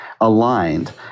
aligned